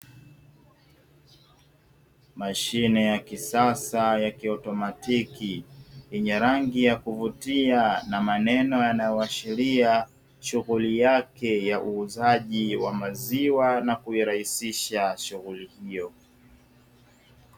Mashine ya kisasa ya kiautomatiki yenye rangi ya kuvutia na maneno yanayoashiria shughuli yake ya uuzaji wa maziwa na kuirahisisha shughuli hiyo.